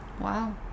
Wow